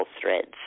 threads